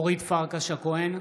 בעד אורית פרקש הכהן,